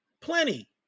plenty